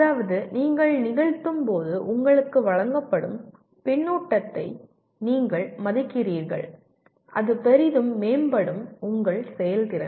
அதாவது நீங்கள் நிகழ்த்தும்போது உங்களுக்கு வழங்கப்படும் பின்னூட்டத்தை நீங்கள் மதிக்கிறீர்கள் அது பெரிதும் மேம்படும் உங்கள் செயல்திறன்